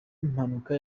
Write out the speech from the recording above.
mpanuka